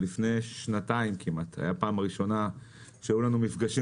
ולפני שנתיים כמעט הייתה הפעם הראשונה שהיו לנו מפגשים